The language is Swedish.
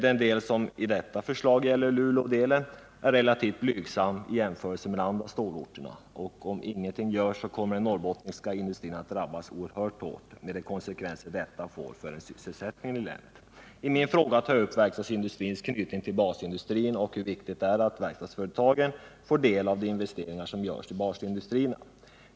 Den del som i detta förslag gäller Luleå är relativt blygsam i en jämförelse med de andra stålorterna, och om ingenting görs så kommer den norrbottniska industrin att drabbas oerhört hårt, med de konsekvenser detta får för sysselsättningen i länet. I min fråga tar jag upp verkstadsindustrins knytning till basindustrierna och hur viktigt det är att verkstadsföretagen får del av de investeringar som görs i basindustrierna.